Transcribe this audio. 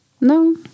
No